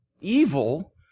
evil